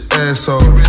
asshole